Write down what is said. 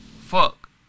fuck